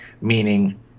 meaning